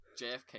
JFK